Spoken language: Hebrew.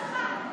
שלך,